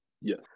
yes